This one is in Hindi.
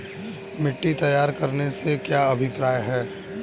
मिट्टी तैयार करने से क्या अभिप्राय है?